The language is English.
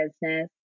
business